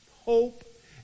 hope